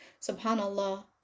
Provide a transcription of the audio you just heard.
SubhanAllah